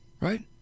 Right